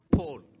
Paul